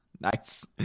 Nice